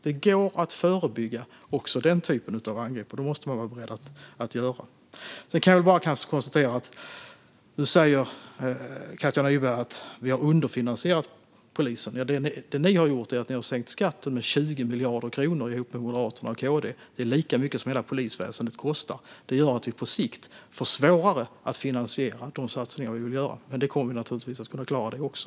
Det går att förebygga också den typen av angrepp. Det måste man vara beredd att göra. Katja Nyberg säger att vi har underfinansierat polisen. Det ni har gjort, Katja Nyberg, är att ni har sänkt skatten med 20 miljarder kronor ihop med Moderaterna och Kristdemokraterna. Det är lika mycket som hela polisväsendet kostar. Det gör att vi på sikt får svårare att finansiera de satsningar som vi vill göra. Men vi kommer naturligtvis att klara det också.